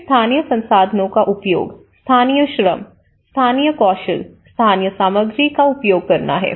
फिर स्थानीय संसाधनों का उपयोग स्थानीय श्रम स्थानीय कौशल स्थानीय सामग्री का उपयोग करना है